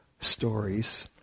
stories